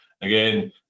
again